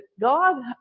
God